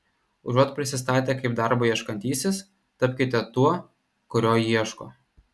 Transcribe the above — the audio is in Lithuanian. užuot prisistatę kaip darbo ieškantysis tapkite tuo kurio ieško